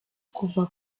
kuva